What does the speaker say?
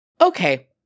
Okay